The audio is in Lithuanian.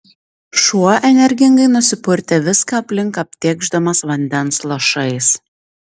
šuo energingai nusipurtė viską aplink aptėkšdamas vandens lašais